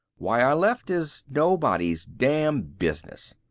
why i left is nobody's damn business.